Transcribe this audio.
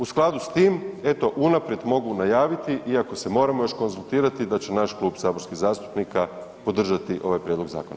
U skladu s tim, eto unaprijed mogu najaviti iako se moramo još konzultirati da će naš klub saborskih zastupnika podržati ovaj prijedlog zakona.